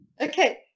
Okay